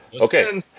Okay